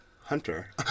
hunter